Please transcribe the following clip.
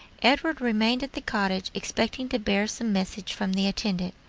edward remained at the cottage, expecting to bear some message from the intendant.